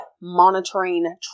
monitoring